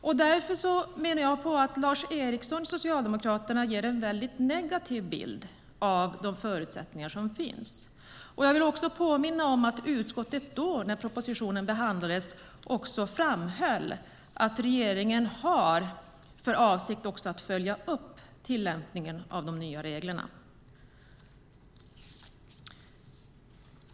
Jag menar att Lars Eriksson från Socialdemokraterna ger en negativ bild av de förutsättningar som finns. Jag vill också påminna om att utskottet när propositionen behandlades framhöll att regeringen har för avsikt att följa upp tillämpningen av de nya reglerna.